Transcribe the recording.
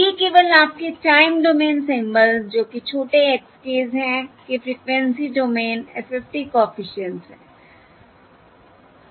ये केवल आपके टाइम डोमेन सिंबल्स जो कि छोटे x ks हैं के फ़्रीक्वेंसी डोमेन FFT कॉफिशिएंट्स हैं